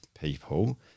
people